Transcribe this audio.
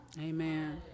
Amen